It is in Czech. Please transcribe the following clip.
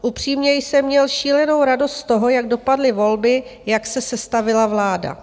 Upřímně jsem měl šílenou radost z toho, jak dopadly volby, jak se sestavila vláda.